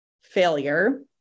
failure